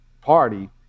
party